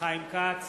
חיים כץ,